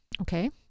Okay